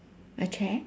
a chair